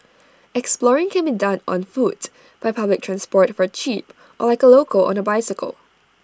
exploring can be done on foot by public transport for cheap or like A local on A bicycle